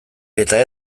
eta